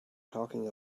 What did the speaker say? talking